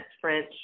French